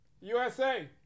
USA